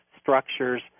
structures